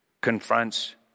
confronts